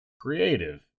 creative